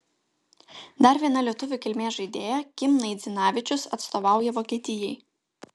dar viena lietuvių kilmės žaidėja kim naidzinavičius atstovauja vokietijai